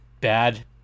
bad